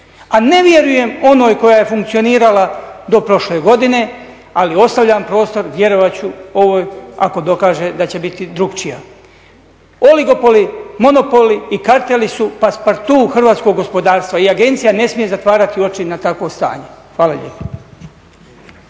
a ne vjerujem onoj koja je funkcionirala do prošle godine, ali ostavljam prostor, vjerovat ću ovoj ako dokaže da će biti drugačija. Oligopoli, monopoli i karteli su … hrvatskog gospodarstva i agencija ne smije zatvarati oči na takvo stanje. Hvala lijepo.